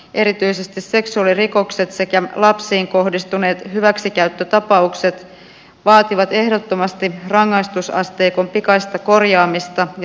erityisesti seksuaalirikokset sekä lapsiin kohdistuneet hyväksikäyttötapaukset vaativat ehdottomasti rangaistusasteikon pikaista korjaamista ja tiukennuksia